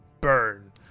burn